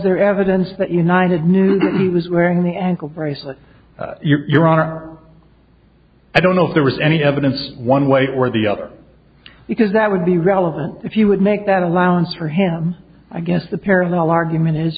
there evidence that united knew that he was wearing the ankle bracelet your honor i don't know if there was any evidence one way or the other because that would be relevant if you would make that allowance for him i guess the parallel argument is